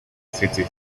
city